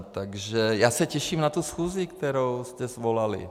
Takže já se těším na tu schůzi, kterou jste svolali.